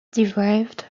derived